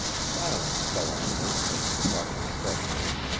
silence fell on her as she crossed the threshold,